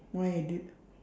why I did